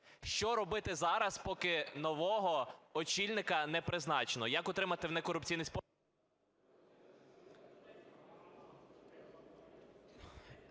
що робити зараз, поки нового очільника не призначено? Як отримати в некорупційний спосіб….